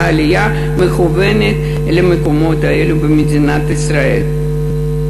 עלייה מכוונת למקומות האלה במדינת ישראל.